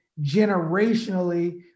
generationally